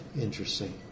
interesting